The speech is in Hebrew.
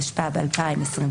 התשפ"ב-2022.